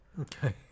Okay